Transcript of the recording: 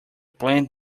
plant